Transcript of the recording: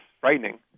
frightening